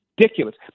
ridiculous